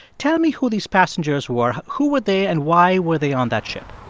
tell me who these passengers were. who were they? and why were they on that ship?